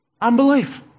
Unbelief